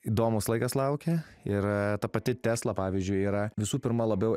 įdomus laikas laukia ir ta pati tesla pavyzdžiui yra visų pirma labiau